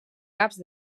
caps